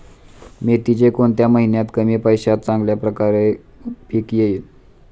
मेथीचे कोणत्या महिन्यात कमी पैशात चांगल्या प्रकारे पीक येईल?